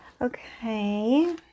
okay